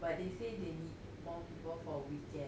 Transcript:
but they say they need more people for weekend